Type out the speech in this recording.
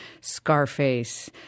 Scarface